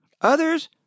others